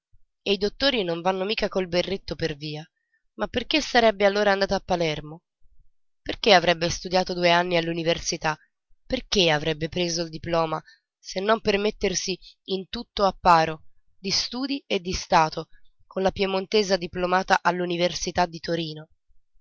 e i dottori non vanno mica col berretto per via ma perché sarebbe allora andata a palermo perchè avrebbe studiato due anni all'università perché avrebbe preso il diploma se non per mettersi in tutto a paro di studi e di stato con la piemontesa diplomata dall'università di torino